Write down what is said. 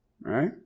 Right